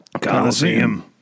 Coliseum